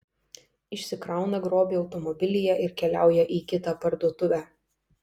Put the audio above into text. išsikrauna grobį automobilyje ir keliauja į kitą parduotuvę